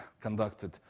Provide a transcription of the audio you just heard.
conducted